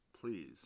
please